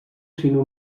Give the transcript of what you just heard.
sinó